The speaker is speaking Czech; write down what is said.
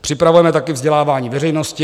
Připravujeme také vzdělávání veřejnosti.